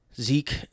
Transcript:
Zeke